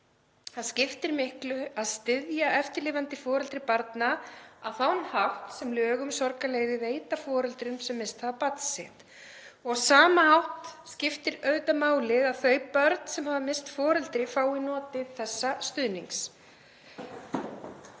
Það skiptir miklu að styðja eftirlifandi foreldri barna á þann hátt sem lög um sorgarleyfi veita foreldrum sem misst hafa barn sitt. Á sama hátt skiptir auðvitað máli að þau börn sem misst hafa foreldri fái notið þessa stuðnings.